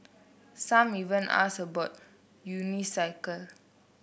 some even ask about unicycle